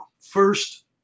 First